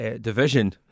division